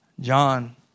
John